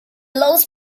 lost